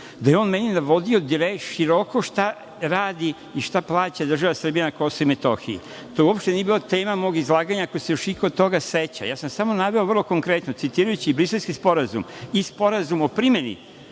da je on meni navodi široko šta radi i šta plaća država Srbija na Kosovu i Metohiji. To uopšte nije bila tema mog izlaganja, ako se iko još toga seća. Ja sam samo naveo vrlo konkretno citirajući Briselski sporazum i Sporazum o primeni